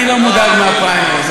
אני לא מודאג מהפריימריז,